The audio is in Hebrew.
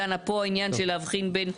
דנה פה, עניין של להבחין בין,